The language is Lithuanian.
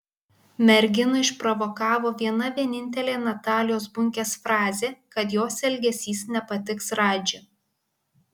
merginą išprovokavo viena vienintelė natalijos bunkės frazė kad jos elgesys nepatiks radži